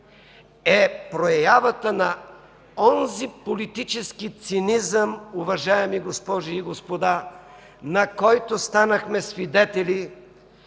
са проява на онзи политически цинизъм, уважаеми госпожи и господа, на който станахме свидетели